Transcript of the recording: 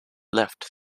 left